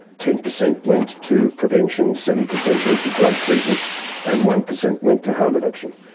ten per cent went to prevention, seven per cent went to drug treatment and one per cent went to harm reduction.